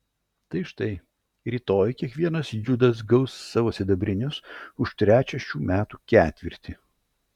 tai štai rytoj kiekvienas judas gaus savo sidabrinius už trečią šių metų ketvirtį